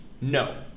no